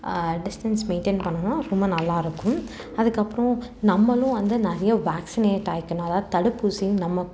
distance maintain பண்ணணும் ரொம்ப நல்லாயிருக்கும் அதுக்கப்பறம் நம்மளும் வந்து நிறையா வேக்சினேட் ஆகிக்கணும் அதாவது தடுப்பூசியும் நம்ம